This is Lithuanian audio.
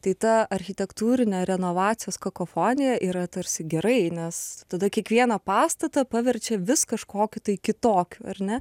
tai ta architektūrinė renovacijos kakofonija yra tarsi gerai nes tada kiekvieną pastatą paverčia vis kažkokiu tai kitokiu ar ne